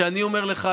שאני אומר לך,